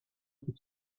tout